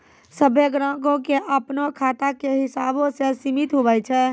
सभ्भे ग्राहको के अपनो खाता के हिसाबो से सीमित हुवै छै